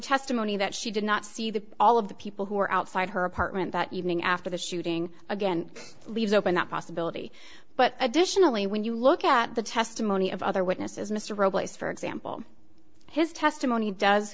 testimony that she did not see the all of the people who were outside her apartment that evening after the shooting again leaves open that possibility but additionally when you look at the testimony of other witnesses mr robles for example his testimony does